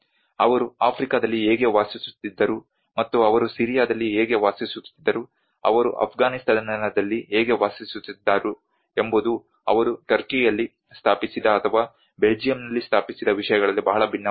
ಅವರು ಆಫ್ರಿಕಾದಲ್ಲಿ ಹೇಗೆ ವಾಸಿಸುತ್ತಿದ್ದರು ಮತ್ತು ಅವರು ಸಿರಿಯಾದಲ್ಲಿ ಹೇಗೆ ವಾಸಿಸುತ್ತಿದ್ದರು ಅವರು ಅಫ್ಘಾನಿಸ್ತಾನದಲ್ಲಿ ಹೇಗೆ ವಾಸಿಸುತ್ತಿದ್ದರು ಎಂಬುದು ಅವರು ಟರ್ಕಿಯಲ್ಲಿ ಸ್ಥಾಪಿಸಿದ ಅಥವಾ ಬೆಲ್ಜಿಯಂನಲ್ಲಿ ಸ್ಥಾಪಿಸಿದ ವಿಷಯಗಳಲ್ಲಿ ಬಹಳ ಭಿನ್ನವಾಗಿದೆ